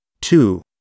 two